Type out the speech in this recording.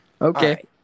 Okay